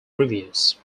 reviews